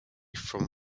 from